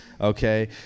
Okay